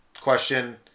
question